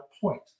point